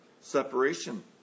separation